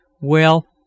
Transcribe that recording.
Well